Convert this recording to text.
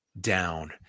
down